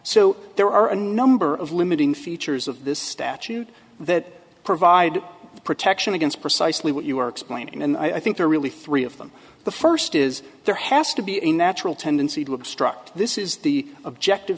so there are a number of limiting features of this statute that provide protection against precisely what you are explaining and i think there are really three of them the first is there has to be a natural tendency to obstruct this is the objective